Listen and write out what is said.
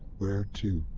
where to?